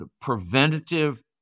preventative